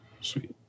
Sweet